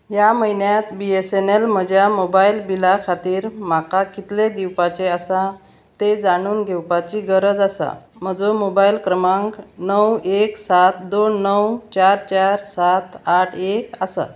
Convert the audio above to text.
ह्या म्हयन्यांत B S N L म्हज्या मोबायल बिला खातीर म्हाका कितले दिवपाचे आसा तें जाणून घेवपाची गरज आसा म्हजो मोबायल क्रमांक णव एक सात दोन णव चार चार सात आठ एक आसा